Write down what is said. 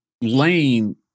Lane